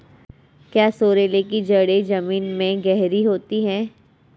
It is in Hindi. क्या सोरेल की जड़ें जमीन में गहरी होती हैं?